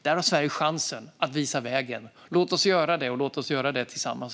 Där har Sverige chansen att visa vägen. Låt oss göra det, och låt oss göra det tillsammans!